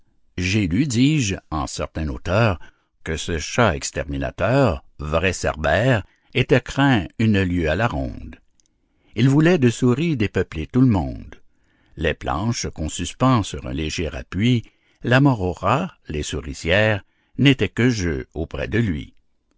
lu dis-je en certain auteur que ce chat exterminateur vrai cerbère était craint une lieue à la ronde il voulait de souris dépeupler tout le monde les planches qu'on suspend sur un léger appui la mort aux rats les souricières n'étaient que jeux au prix de lui